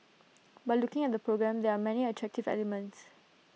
but looking at the programme there are many attractive elements